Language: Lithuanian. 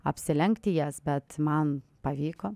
apsilenkti jas bet man pavyko